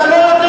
אתה לא יודע.